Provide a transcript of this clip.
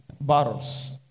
bottles